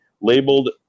labeled